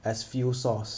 as fuel source